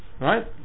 right